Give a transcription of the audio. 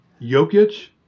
Jokic